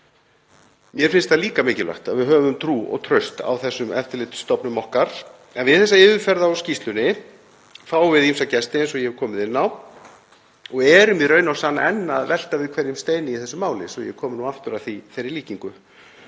Mér finnst líka mikilvægt að við höfum trú og traust á þessum eftirlitsstofnunum okkar en við þessa yfirferð á skýrslunni fáum við ýmsa gesti, eins og ég hef komið inn á, og erum í raun og sanni enn að velta við hverjum steini í þessu máli, svo ég komi aftur að þeirri líkingu.